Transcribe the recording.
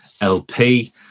LP